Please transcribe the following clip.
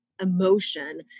emotion